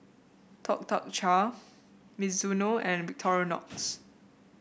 Tuk Tuk Cha Mizuno and Victorinox